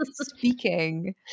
speaking